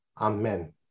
Amen